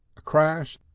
a crash,